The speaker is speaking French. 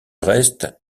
reste